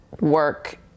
work